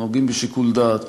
נוהגים בשיקול דעת.